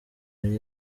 yari